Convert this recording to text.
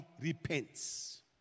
repents